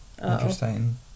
interesting